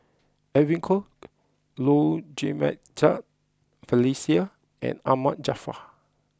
Edwin Koek Low Jimenez Felicia and Ahmad Jaafar